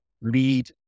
lead